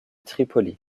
tripoli